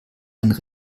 einen